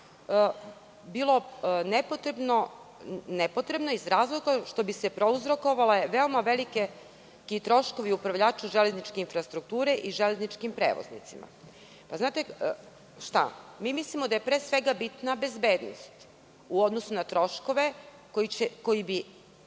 bilo nepotrebno iz razloga što bi se prouzrokovali veoma veliki troškovi upravljača železničke infrastrukture i železničkim prevoznicima. Mi mislimo da je pre svega bitna bezbednost, u odnosu na troškove koji bi